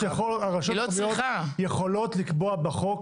הרשויות המקומיות יכולות לקבוע בחוק